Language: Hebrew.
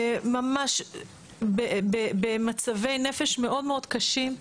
ממש רואים אותם במצבי נפש מאוד מאוד קשים.